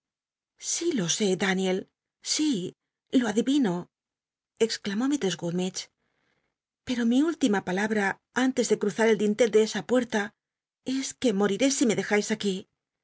sí lo sé daniel si lo adirino exclamó mis eo mi rltima palabta an tes de cruzar el dintel de esa puerta es que mol'iré si me dejais aqúí